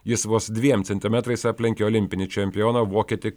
jis vos dviem centimetrais aplenkė olimpinį čempioną vokietį